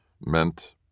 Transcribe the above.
meant